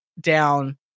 down